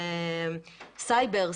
וסייבר,